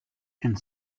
and